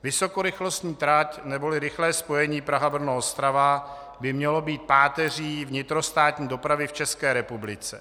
Vysokorychlostní trať neboli rychlé spojení PrahaBrnoOstrava by mělo být páteří vnitrostátní dopravy v České republice.